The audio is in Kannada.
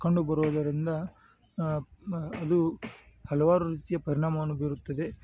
ಕಂಡುಬರೋದರಿಂದ ಅದು ಹಲವಾರು ರೀತಿಯ ಪರಿಣಾಮವನ್ನು ಬೀರುತ್ತದೆ